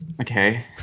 okay